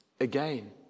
Again